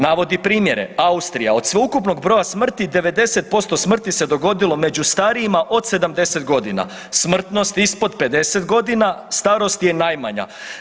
Navodi primjere, Austrija, od sveukupnog broja smrti 90% smrti se dogodilo među starijima od 70.g., smrtnost ispod 50.g. starost je najmanja.